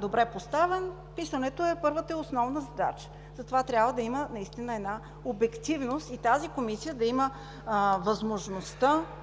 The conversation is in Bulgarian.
добре поставен, писането е първата и основна задача. Трябва да има наистина обективност и тази Комисия да има възможността,